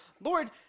Lord